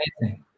amazing